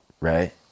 right